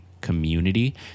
community